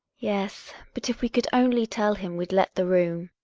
yes but if we could only tell him we'd let the room.